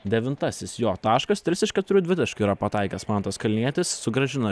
devintasis jo taškas tris iš keturių dvitaškių yra pataikęs mantas kalnietis sugrąžino